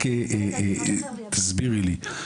רק תסבירי לי,